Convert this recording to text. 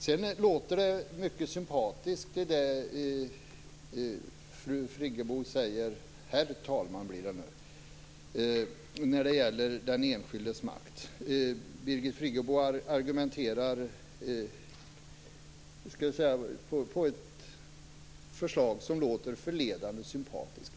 Det fru Friggebo säger låter mycket sympatiskt, herr talman, när det gäller den enskildes makt. Birgit Friggebo argumenterar för ett förslag som låter förledande sympatiskt.